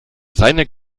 seine